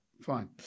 fine